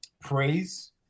praise